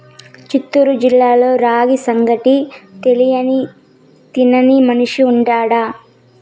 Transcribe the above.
చిత్తూరు జిల్లాలో రాగి సంగటి తెలియని తినని మనిషి ఉన్నాడా